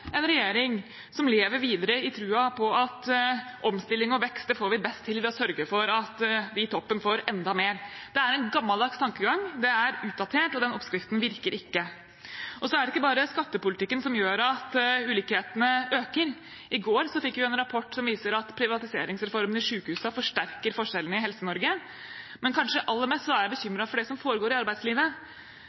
en regjering som lever videre i troen på at omstilling og vekst får vi best til ved å sørge for at de i toppen får enda mer. Det er en gammeldags tankegang, den er utdatert, og oppskriften virker ikke. Det er ikke bare skattepolitikken som gjør at ulikhetene øker. I går fikk vi en rapport som viser at privatiseringsreformen i sykehusene forsterker forskjellene i Helse-Norge. Men jeg er kanskje aller mest bekymret for det som foregår i arbeidslivet,